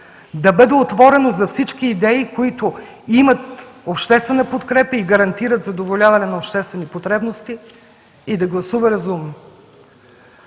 да бъде отворено за всички идеи, които имат обществена подкрепа и гарантират задоволяване на обществени потребности, и да гласува разумно.